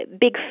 Big